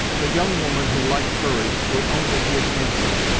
the young woman who liked hurry would own that he is handsome.